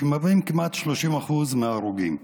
שמהווים כמעט 30% מההרוגים,